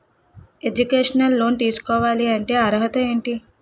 Educational loan తీసుకోవాలంటే అర్హత ఏంటి?